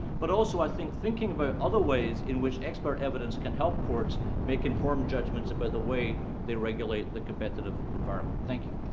but also, i think, thinking about other ways in which expert evidence can help courts make informed judgments about the way they regulate the competitive environment. thank you.